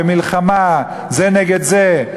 במלחמה זה נגד זה: